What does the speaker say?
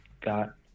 got